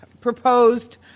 proposed